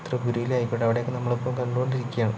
ത്രിപുരയിലായിക്കോട്ടെ അവിടെയൊക്കെ നമ്മള് ഇപ്പം കണ്ടുകൊണ്ടിരിക്കുകയാണ്